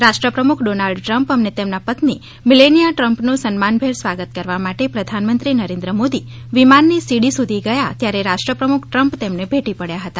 રાષ્ટ્રપ્રમુખ Donald Trump અને તેમના પત્ની મિલેનિયા ટ્રમ્પનુ સન્માનભેર સ્વાગત કરવા માટે પ્રધાનમંત્રી નરેન્દ્ર મોદી વિમાન ની સીડી સુધી ગયા ત્યારે રાષ્ટ્ર પ્રમુખ ટ્રમ્પ તેમને ભેટી પડ્યા હતા